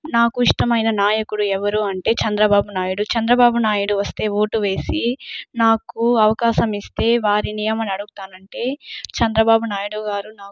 నాకు ఇష్టమైన నాయకుడు ఎవరూ అంటే చంద్రబాబు నాయుడు చంద్రబాబు నాయుడు వస్తే ఓటు వేసి నాకు అవకాశం ఇస్తే వారిని ఏమని అడుగుతానంటే చంద్రబాబు నాయుడు గారు నాకు